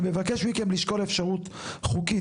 אני מבקש מכם לשקול אפשרות חוקית,